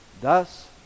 Thus